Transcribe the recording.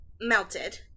melted